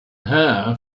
hair